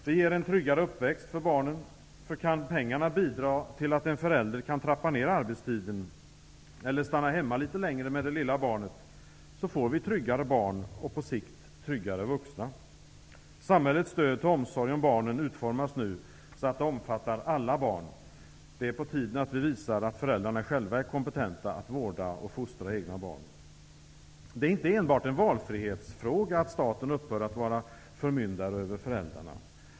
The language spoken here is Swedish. Det ger en tryggare uppväxt för barnen, för kan pengarna bidra till att en förälder kan trappa ned arbetstiden eller stanna hemma litet längre med det lilla barnet, får vi tryggare barn och på sikt tryggare vuxna. Samhällets stöd till omsorg om barnen utformas nu så att det omfattar alla barn. Det är på tiden att vi visar att föräldrarna själva är kompetenta att vårda och fostra egna barn! Det är inte enbart en valfrihetsfråga att staten upphör att vara förmyndare över föräldrarna.